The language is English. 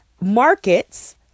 markets